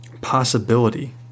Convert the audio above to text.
possibility